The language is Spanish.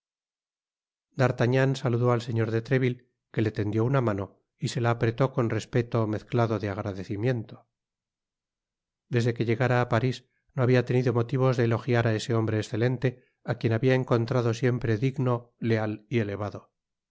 d'artagnan saludó al señor de treville que le tendió una mano y se la apretó con respeto mezclado de agradecimiento desde que llegára á paris no habia tenido sino motivos de elogiar á ese hombre escelente á quien habia encontrado siempre digno leal y elevado